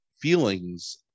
feelings